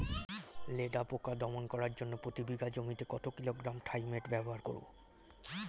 লেদা পোকা দমন করার জন্য প্রতি বিঘা জমিতে কত কিলোগ্রাম থাইমেট ব্যবহার করব?